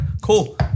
cool